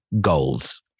goals